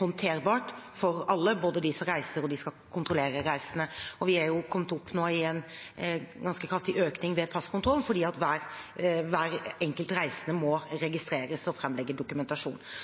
håndterbart for alle, både de som reiser, og de som kontrollerer reisende. Vi er nå kommet opp i en ganske kraftig økning i passkontroll, for hver enkelt reisende må registreres og framlegge dokumentasjon.